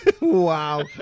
Wow